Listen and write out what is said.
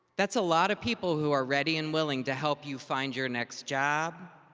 that's a lot of people who are ready and willing to help you find your next job,